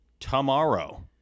Tomorrow